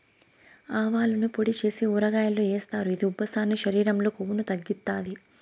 ఆవాలను పొడి చేసి ఊరగాయల్లో ఏస్తారు, ఇది ఉబ్బసాన్ని, శరీరం లో కొవ్వును తగ్గిత్తాది